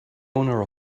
owner